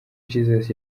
jesus